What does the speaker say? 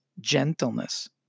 gentleness